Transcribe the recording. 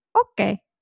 Okay